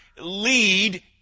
lead